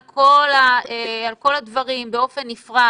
לכל אחד מהדברים באופן נפרד,